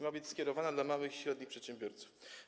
Ma być skierowana do małych i średnich przedsiębiorców.